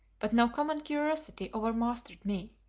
but no common curiosity over-mastered me,